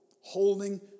holding